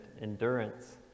endurance